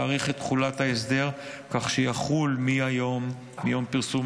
להאריך את תחולת הסדר זה כך שיחול מיום פרסום